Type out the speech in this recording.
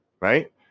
right